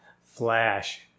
Flash